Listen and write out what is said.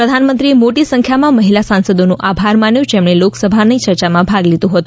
પ્રધાનમંત્રીએ મોટી સંખ્યામાં મહિલા સાંસદોનો આભાર માન્યો જેમણે લોકસભામાં ચર્ચામાં ભાગ લીધો હતો